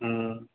हम्म